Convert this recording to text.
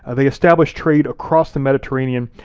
ah they established trade across the mediterranean.